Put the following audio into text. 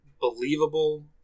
believable